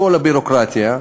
כל הביורוקרטיה,